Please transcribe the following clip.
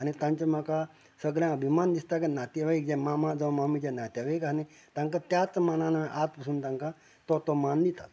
आनी तांचो म्हाका सगळे अभिमान दिसता की नातेवाईक जे मामा जावं मामी जे नातेवाईक आहा न्ही तांकां त्याच मानान आज पसून तांकां तो तो मान दितात